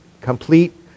complete